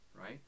right